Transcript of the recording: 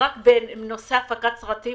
רק בנושא הפקת סרטים?